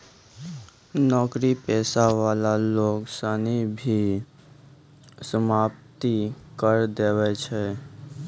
नौकरी पेशा वाला लोग सनी भी सम्पत्ति कर देवै छै